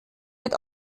mit